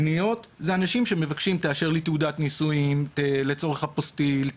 פניות זה אנשים שמבקשים לאשר להם תעודת נישואים לצורך אפוסטיל,